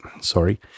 sorry